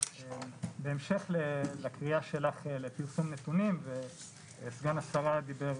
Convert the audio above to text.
בהמשך לפניה שלך לפרסום נתונים וסגן השרה דיבר